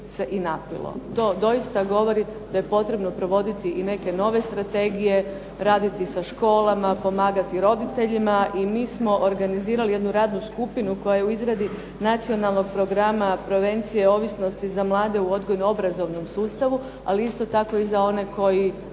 To doista govori da je potrebno provoditi i neke nove strategije, raditi sa školama, pomagati roditeljima, i mi smo organizirali jednu radnu skupinu koja je u izradi nacionalnog programa prevencije ovisnosti za mlade u odgojno obrazovnom sustavu, ali isto tako i za one koji